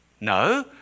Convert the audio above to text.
No